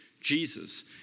Jesus